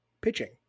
pitching